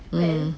mm